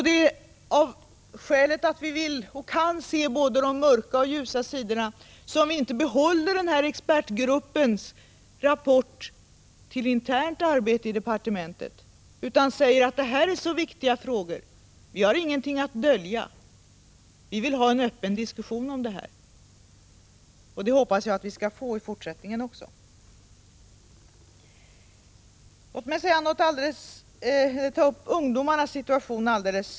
Eftersom vi både vill och kan se både de mörka och de ljusa sidorna behåller vi inte dessa rapporter från expertgruppen till internt bruk i departementet. Vi säger att detta är mycket viktiga frågor. Vi har ingenting att dölja. Vi vill ha en öppen diskussion om detta. Det hoppas jag också att vi skall få i fortsättningen. Låt mig sedan speciellt ta upp ungdomarnas situation.